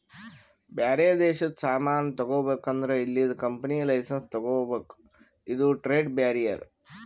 ಬ್ಯಾರೆ ದೇಶದು ಸಾಮಾನ್ ತಗೋಬೇಕ್ ಅಂದುರ್ ಇಲ್ಲಿದು ಕಂಪನಿ ಲೈಸೆನ್ಸ್ ತಗೋಬೇಕ ಇದು ಟ್ರೇಡ್ ಬ್ಯಾರಿಯರ್